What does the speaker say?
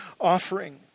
offering